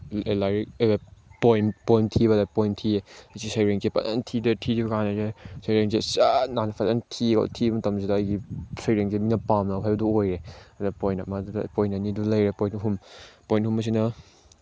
ꯂꯥꯏꯔꯤꯛ ꯑꯣꯏꯕ poem poem ꯊꯤꯕꯗ ꯄꯣꯏꯝ ꯊꯤꯌꯦ ꯑꯁꯤ ꯁꯩꯔꯦꯡꯁꯤ ꯐꯖꯅ ꯊꯤꯕꯀꯥꯟꯁꯤꯗ ꯁꯩꯔꯦꯡꯁꯦ ꯁꯠ ꯅꯥꯟ ꯐꯖꯅ ꯊꯤꯀꯣ ꯊꯤ ꯃꯇꯝꯁꯤꯗ ꯑꯩꯒꯤ ꯁꯩꯔꯦꯡꯁꯦ ꯃꯤꯅ ꯄꯥꯝꯅꯕ ꯍꯥꯏꯕꯗꯨ ꯑꯣꯏꯔꯦ ꯑꯗꯨ ꯄꯣꯏꯟ ꯑꯃ ꯑꯗꯨꯗ ꯄꯣꯏꯟ ꯑꯅꯤ ꯑꯗꯨꯗ ꯂꯩꯔꯦ ꯄꯣꯏꯟ ꯑꯍꯨꯝ ꯄꯣꯏꯟ ꯑꯍꯨꯝ ꯑꯁꯤꯅ